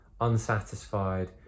unsatisfied